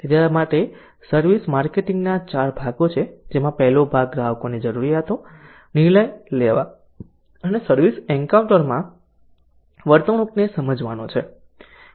તેથી આ રીતે સર્વિસ માર્કેટિંગના 4 ભાગો છે જેમાં પહેલો ભાગ ગ્રાહકોની જરૂરિયાતો નિર્ણય લેવા અને સર્વિસ એન્કાઉન્ટરમાં વર્તણૂકને સમજવાનો છે